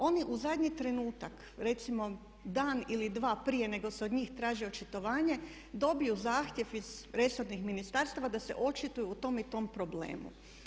Oni u zadnji trenutak, recimo dan ili dva prije nego se od njih traži očitovanje, dobiju zahtjev iz resornih ministarstava da se očituju o tom i tom problemu.